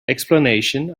explanations